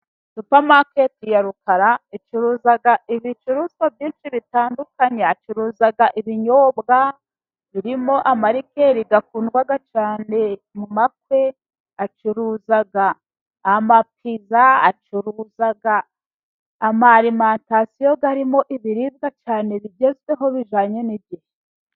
Supamaketi ya Rukara icuruza ibicuruzwa byinshi bitandukanye. Acuruza ibinyobwa, birimo amalikeli akundwa cyane mu makwe, acuruza amapiza, acuruza ama alimantasiyo arimo ibiribwa cyane bigezweho bijyanye n'igihe.